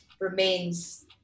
remains